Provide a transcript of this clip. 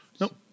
Nope